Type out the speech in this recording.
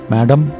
Madam